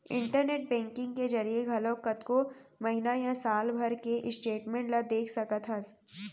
internet banking के जरिए घलौक कतको महिना या साल भर के स्टेटमेंट ल देख सकत हस